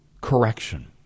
correction